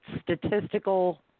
statistical